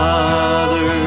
Father